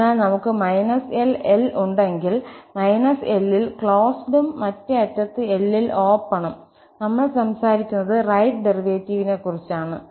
അതിനാൽ നമുക് −L L ഉണ്ടെങ്കിൽ −L ൽ ക്ലോസ്ഡ് ഉം മറ്റേ അറ്റത്ത് L ൽ ഓപ്പൺ ഉം നമ്മൾ സംസാരിക്കുന്നത് റൈറ്റ് ഡെറിവേറ്റീവിനെക്കുറിച്ചാണ്